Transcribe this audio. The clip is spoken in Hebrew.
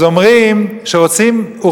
אז אומרים שרוצים,